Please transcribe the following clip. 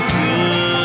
good